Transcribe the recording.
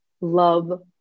love